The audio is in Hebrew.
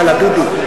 יאללה, דודו.